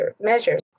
measures